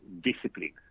discipline